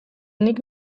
nik